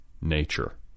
nature